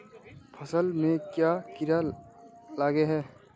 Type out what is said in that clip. फसल में क्याँ कीड़ा लागे है?